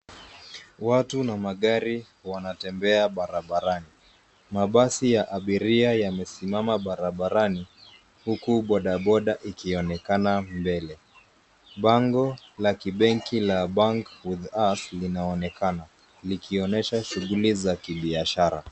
Watu na magari wanatembea barabarani. Mabasi ya abiria yamesimama barabarni huku bodaboda ikionekana mbele. Bango la kibenki la bank with us linaonekana likionyesha shughuli za kibiashara.